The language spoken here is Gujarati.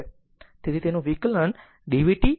તેથી તેનું વિકલન dvt dt 0 છે